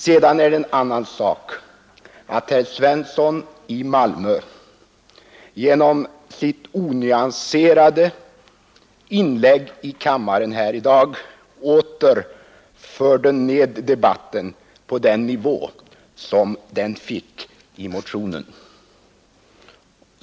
Sedan är det en annan sak att herr Svensson i Malmö genom sitt onyanserade inlägg i dag i kammaren åter förde ned debatten på den nivå som den fick i motionen.